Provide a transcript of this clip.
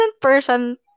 person